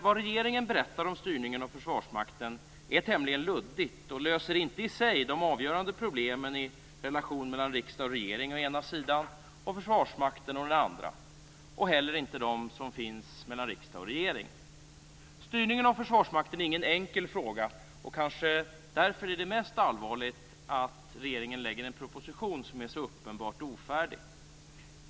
Vad regeringen berättar om styrningen av Försvarsmakten är tämligen luddigt. Det löser inte i sig de avgörande problemen i relationen mellan riksdag och regering å ena sidan och Försvarsmakten å den andra, och inte heller de som finns mellan riksdag och regering. Styrningen av Försvarsmakten är ingen enkel fråga. Just därför är det allvarligt att regeringen lägger fram en proposition som är så uppenbart ofärdig.